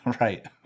Right